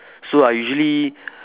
so I usually